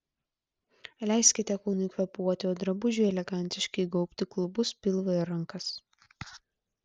leiskite kūnui kvėpuoti o drabužiui elegantiškai gaubti klubus pilvą ir rankas